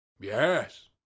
Yes